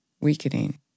weakening